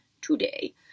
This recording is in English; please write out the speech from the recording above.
today